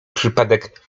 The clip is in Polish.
przypadek